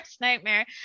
nightmare